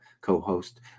co-host